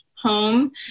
home